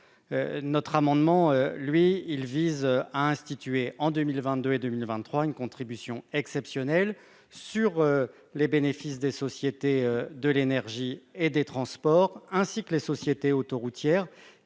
notre amendement, lui, il vise à instituer en 2000 22 et 2023, une contribution exceptionnelle sur les bénéfices des sociétés de l'énergie et des transports ainsi que les sociétés autoroutières